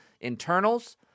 internals